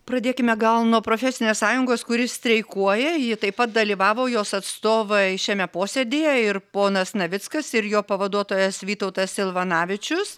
pradėkime gal nuo profesinės sąjungos kuri streikuoja ji taip pat dalyvavo jos atstovai šiame posėdyje ir ponas navickas ir jo pavaduotojas vytautas silvanavičius